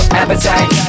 appetite